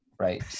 right